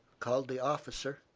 called the officer,